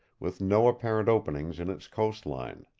with no apparent openings in its coast-line.